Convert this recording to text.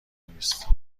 نیست